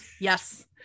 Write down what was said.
Yes